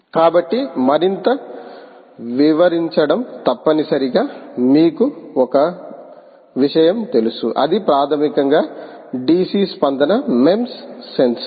కాబట్టి మరింత వివరించడం తప్పనిసరిగా మీకు ఒక విషయం తెలుసు అది ప్రాథమికంగా DC స్పందన MEMS సెన్సార్